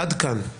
עד כאן;